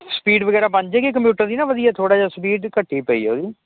speed ਵਗੈਰਾ ਬਣ ਜਾਏਗੀ ਕੰਪਿਊਟਰ ਦੀ ਨਾ ਵਧੀਆ ਥੋੜ੍ਹਾ ਜਿਹਾ ਸਪੀਡ ਘਟੀ ਪਈ ਉਹਦੀ